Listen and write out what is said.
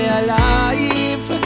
alive